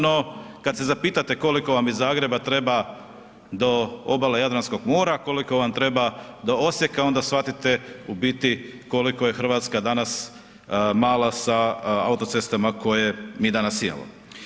No kada se zapitate koliko vam iz Zagreba treba do obale Jadranskog mora, koliko vam treba do Osijeka onda shvatite koliko je Hrvatska danas mala sa autocestama koje mi danas imamo.